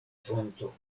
fonto